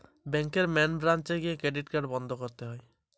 Credit card বন্ধ কিভাবে করবো?